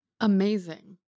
amazing